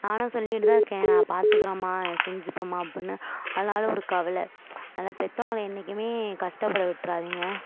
நானும் சொல்லிக்கிட்டு தான் இருக்கேன் நான் பார்த்துக்குறேம்மா நான் செஞ்சுப்பேம்மா அப்படின்னு ஆனாலும் ஒரு கவலை அதனால் பெத்தவங்களை என்னைக்குமே கஷ்டப்பட விட்றாதீங்க